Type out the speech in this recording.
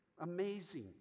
Amazing